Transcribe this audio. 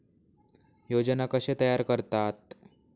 योजना कशे तयार करतात?